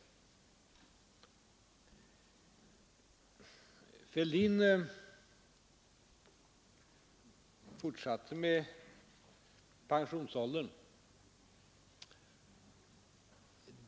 Herr Fälldin fortsatte att tala om pensionsåldern.